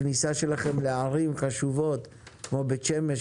הכניסה שלכם לערים חשובות כמו בית שמש,